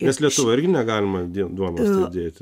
nes lietuvoje irgi negalima duonos taip dėti